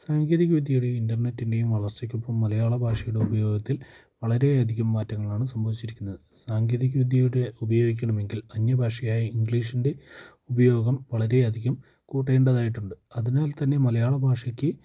സാങ്കേതിക വിദ്യയുടെയും ഇൻ്റർനെറ്റിൻ്റെയും വളർച്ചയ്ക്കൊപ്പം മലയാള ഭാഷയുടെ ഉപയോഗത്തിൽ വളരെ അധികം മാറ്റങ്ങളാണ് സംഭവിച്ചിരിക്കുന്നത് സാങ്കേതിക വിദ്യയുടെ ഉപയോഗിക്കണമെങ്കിൽ അന്യഭാഷയായ ഇംഗ്ലീഷിൻ്റെ ഉപയോഗം വളരെ അധികം കൂട്ടേണ്ടതായിട്ടുണ്ട് അതിനാൽ തന്നെ മലയാളഭാഷയ്ക്ക്